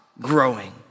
growing